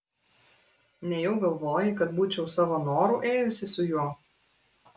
nejau galvoji kad būčiau savo noru ėjusi su juo